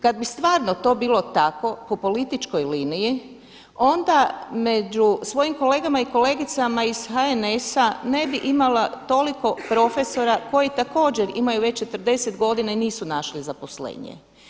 Kad bi stvarno to bilo tako po političkoj liniji onda među svojim kolegama i kolegicama iz HNS-a ne bi imala toliko profesora koji također imaju već 40 godina i nisu našli zaposlenje.